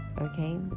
okay